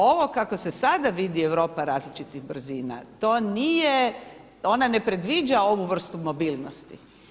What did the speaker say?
Ovo kako se sada vidi Europa različitih brzina, to nije, ona ne predviđa ovu vrstu mobilnosti.